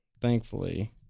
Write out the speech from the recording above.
Thankfully